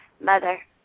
mother